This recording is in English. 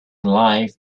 life